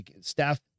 staff